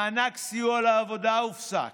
מענק סיוע לעבודה הופסק.